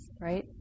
right